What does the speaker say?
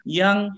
yang